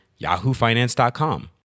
yahoofinance.com